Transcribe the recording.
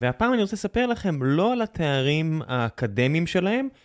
והפעם אני רוצה לספר לכם לא על התארים האקדמיים שלהם.